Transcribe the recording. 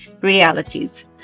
realities